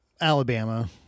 alabama